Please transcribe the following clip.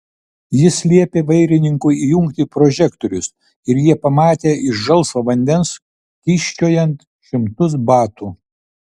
jis liepė vairininkui įjungti prožektorius ir jie pamatė iš žalsvo vandens kyščiojant šimtus batų